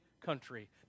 country